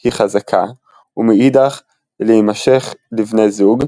היא חזקה ומאידך להימשך לבני זוג,